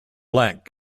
black